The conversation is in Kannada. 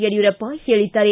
ಯಡಿಯೂರಪ್ಪ ಹೇಳಿದ್ದಾರೆ